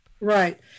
Right